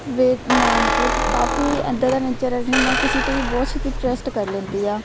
ਫਿਰ ਮੈਂ ਮਤਲਬ ਕਿ ਕਾਫੀ ਇੱਦਾਂ ਦਾ ਨੇਚਰ ਹੈ ਕਿ ਮੈਂ ਕਿਸੀ 'ਤੇ ਵੀ ਬਹੁਤ ਛੇਤੀ ਟਰੱਸਟ ਕਰ ਲੈਂਦੀ ਆ